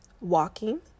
walking